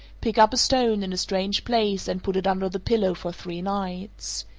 pick up a stone in a strange place and put it under the pillow for three nights.